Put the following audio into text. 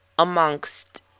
amongst